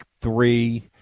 three